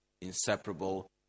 inseparable